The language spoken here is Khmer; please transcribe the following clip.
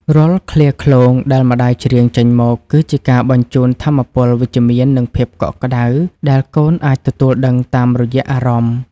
រាល់ឃ្លាឃ្លោងដែលម្ដាយច្រៀងចេញមក គឺជាការបញ្ជូនថាមពលវិជ្ជមាន និងភាពកក់ក្តៅដែលកូនអាចទទួលដឹងតាមរយៈអារម្មណ៍។